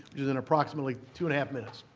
which is in approximately two and a half minutes.